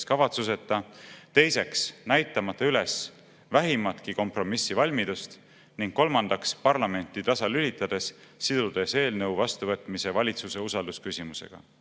väljatöötamiskavatsuseta, teiseks, näitamata üles vähimatki kompromissivalmidust, ning kolmandaks, parlamenti tasalülitades, sidudes eelnõu vastuvõtmise valitsuse usaldusküsimusega.